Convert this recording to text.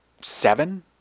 seven